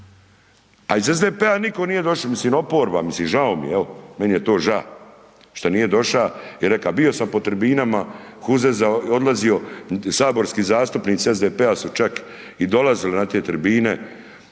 A iz SDP-a nitko nije došao, mislim oporba, mislim žao mi je evo, meni je to žao, šta nije došao i rekao, bio sam po tribinama, .../Govornik se ne razumije./... odlazio saborski zastupnici SDP-a su čak i dolazili na te tribine,